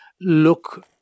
look